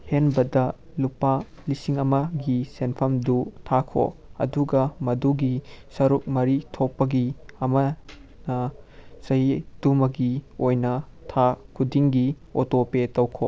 ꯍꯦꯟꯕꯗ ꯂꯨꯄꯥ ꯂꯤꯁꯤꯡ ꯑꯃꯒꯤ ꯁꯦꯟꯐꯝꯗꯨ ꯊꯥꯈꯣ ꯑꯗꯨꯒ ꯃꯗꯨꯒꯤ ꯁꯔꯨꯛ ꯃꯔꯤ ꯊꯣꯛꯄꯒꯤ ꯑꯃꯅ ꯆꯍꯤꯗꯨꯃꯒꯤ ꯑꯣꯏꯅ ꯊꯥ ꯈꯨꯗꯤꯡꯒꯤ ꯑꯣꯇꯣ ꯄꯦ ꯇꯧꯈꯣ